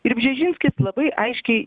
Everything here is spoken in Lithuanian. ir bžežinskis labai aiškiai